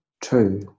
two